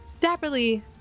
dapperly